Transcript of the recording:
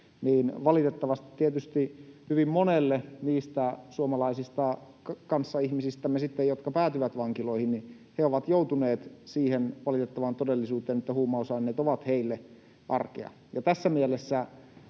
niin valitettavasti tietysti hyvin moni sitten niistä suomalaisista kanssaihmisistämme, jotka päätyvät vankiloihin, on joutunut siihen valitettavaan todellisuuteen, että huumausaineet ovat heille arkea.